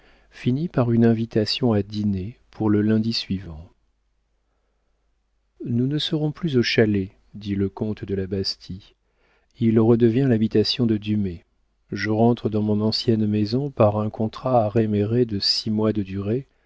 finit par une invitation à dîner pour le lundi suivant nous ne serons plus au chalet dit le comte de la bastie il redevient l'habitation de dumay je rentre dans mon ancienne maison par un contrat à réméré de six mois de durée